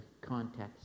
context